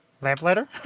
Lamplighter